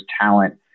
talent